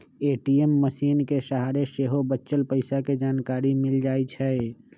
ATM मशीनके सहारे सेहो बच्चल पइसा के जानकारी मिल जाइ छइ